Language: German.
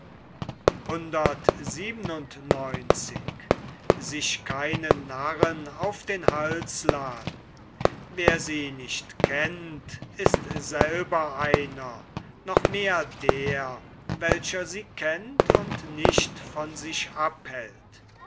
wer sie nicht kennt ist selbst einer noch mehr der welcher sie kennt und nicht von sich abhält